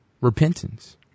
Repentance